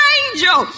angel